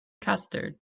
custard